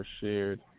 shared